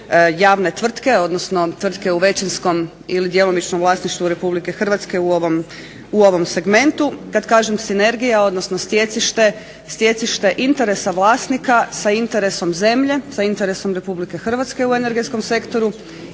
javne tvrtke odnosno tvrtke u većinskom ili djelomičnom vlasništvu Republika Hrvatske u ovom segmentu. Kad kažem sinergija odnosno stjecište, stjecište interesa vlasnika sa interesom zemlje, sa interesom Republike Hrvatske u energetskom sektoru,